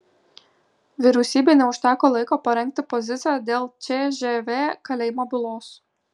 vyriausybei neužteko laiko parengti poziciją dėl cžv kalėjimo bylos